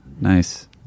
Nice